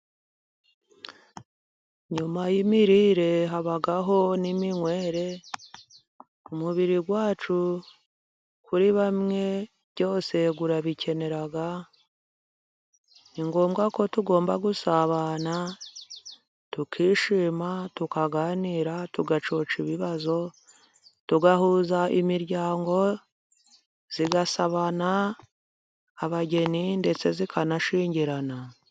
Nyuma y'imirire habaho n'minywere, umubiri wacu kuri bamwe byose ubikenera. Ni ngombwa ko tugomba gusabana, tukishima, tukaganira, tugacoca ibibazo, tugahuza imiryango, igasabana abageni ndetse ikanashyingirana.